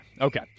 okay